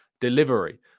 delivery